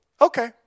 Okay